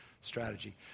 strategy